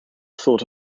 thought